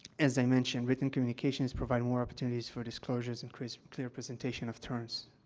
as i mentioned, written communications provide more opportunities for disclosures and crisp, clear presentation of terms.